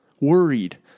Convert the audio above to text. worried